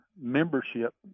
membership